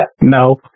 No